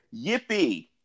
yippee